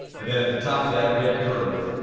and then at the top of that red curve,